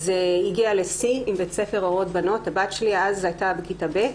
זה הגיע לשיא עם בית ספר אורות בנות הבת שלי אז הייתה בכיתה ב'